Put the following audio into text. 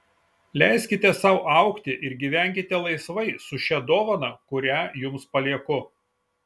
leiskite sau augti ir gyvenkite laisvai su šia dovana kurią jums palieku